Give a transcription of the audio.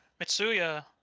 Mitsuya